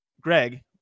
Greg